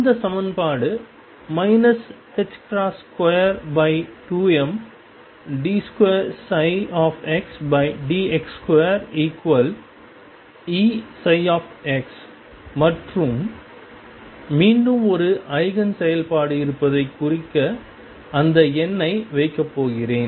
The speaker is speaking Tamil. இந்த சமன்பாடு 22md2xdx2Eψ மற்றும் மீண்டும் ஒரு ஈஜென் செயல்பாடு இருப்பதைக் குறிக்க அந்த n ஐ வைக்கப் போகிறேன்